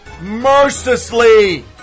mercilessly